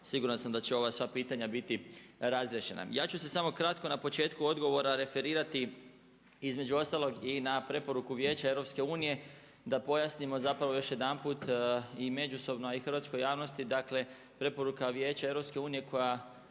siguran sam da će ova sva pitanja biti razriješena. Ja ću se samo kratko na početku odgovora referirati između ostalog i na preporuku Vijeća EU da pojasnim još jedanput i međusobno a i hrvatskoj javnosti, dakle preporuka Vijeća EU koja